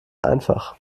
einfach